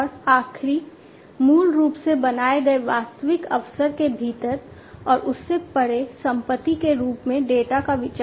और आखिरी मूल रूप से बनाए गए वास्तविक अवसर के भीतर और उससे परे संपत्ति के रूप में डेटा का विचार है